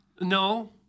No